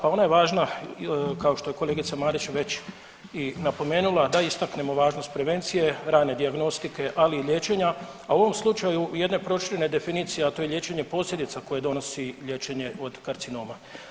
Pa ona je važna kao što je kolegica Marić već i napomenula, da istaknemo važnost prevencije, rane dijagnostike, ali i liječenja, a u ovom slučaju jedina proširena definicija, a to je liječenje posljedica koje donosi liječenje od karcinoma.